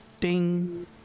Ding